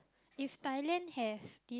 if Thailand have it